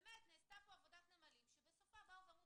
באמת נעשתה פה עבודת נמלים שבסופה באו ואמרו,